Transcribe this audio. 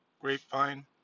Grapevine